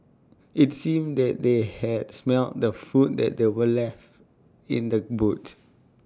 IT seemed that they had smelt the food that were left in the boot